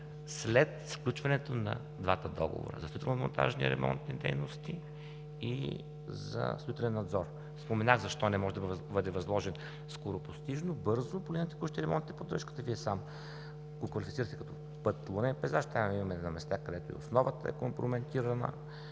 след сключването на двата договора – за строително-монтажни, ремонтни дейности и за строителен надзор. Споменах защо не може да бъде възложен скоропостижно, бързо ремонта и поддръжката. Вие сам го квалифицирахте като път „лунен пейзаж“. Там имаме места, където и основата е компрометирана,